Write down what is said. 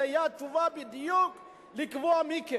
זה יהיה התשובה בדיוק לקבוע מי כן.